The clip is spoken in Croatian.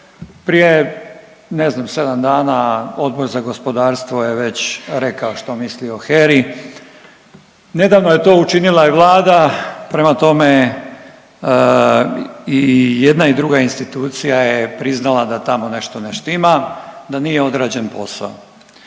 prije ne znam 7 dana Odbor za gospodarstvo je već rekao što misli od HERA-i, nedavno je to učinila i vlada, prema tome i jedna i druga institucija je priznala da tamo nešto ne štima i da nije odrađen posao.